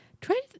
Try